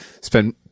spend